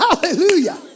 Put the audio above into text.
Hallelujah